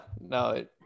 no